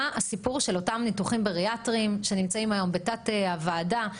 מה הסיפור של אותם ניתוחים בריאטריים שנמצאים היום בתת הוועדה?